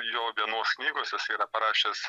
jo vienos knygos yra parašęs